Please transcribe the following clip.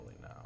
now